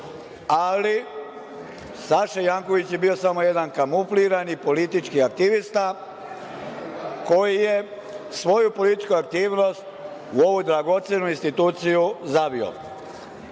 ali Saša Janković je bio samo jedan kamuflirani politički aktivista koji je svoju političku aktivnost u ovu dragocenu instituciju zavio. On